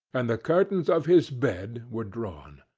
and the curtains of his bed were drawn.